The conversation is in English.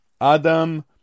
Adam